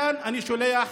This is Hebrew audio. מכאן אני שולח